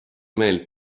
meelt